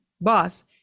boss